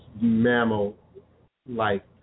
mammal-like